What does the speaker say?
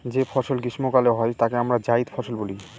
যে ফসল গ্রীস্মকালে হয় তাকে আমরা জাইদ ফসল বলি